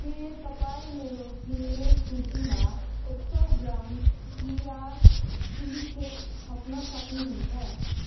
के तपाईँ मेरो किनमेल सूचीमा एक सौ ग्राम किया चिली फ्लेक्स थप्न सक्नुहुन्छ